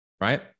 right